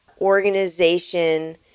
organization